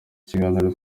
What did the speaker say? kiganiro